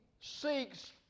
seeks